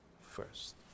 first